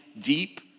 deep